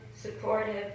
supportive